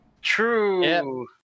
True